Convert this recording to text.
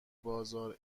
بازار